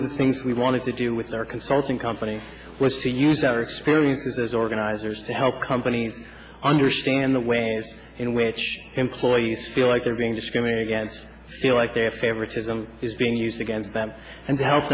of the things we wanted to do with our consulting company was to use our experiences as organizers to help companies understand the ways in which employees feel like they're being discriminated against feel like they're favoritism is being used against them and they help